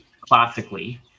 classically